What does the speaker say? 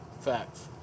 facts